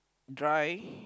dry